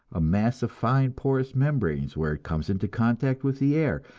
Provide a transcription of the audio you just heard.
a mass of fine porous membranes, where it comes into contact with the air,